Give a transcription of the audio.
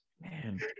man